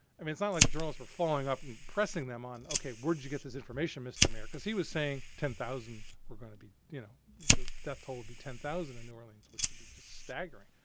i mean it's not like journalists were following up and pressing them on, okay. where did you get this information, mister mayor? because he was saying ten thousand were going to be, you know the death toll would be ten thousand in new orleans, which would be just staggering.